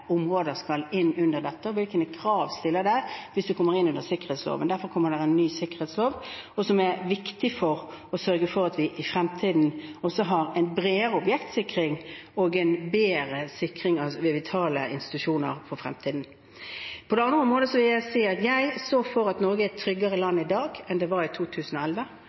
områder som skal inn under dette, og hvilke krav det stilles hvis det kommer inn under sikkerhetsloven. Derfor kommer det en ny sikkerhetslov, som er viktig for å sørge for at vi i fremtiden også har en bredere objektsikring og en bedre sikring av vitale institusjoner. Ellers vil jeg si at jeg står for at Norge er et tryggere land i dag enn det var i 2011.